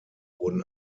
wurden